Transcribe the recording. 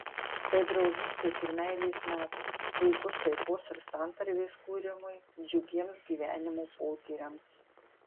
tai draugystės ir meilės metas puikus taikos ir santarvės kūrimui džiugiems gyvenimo potyriams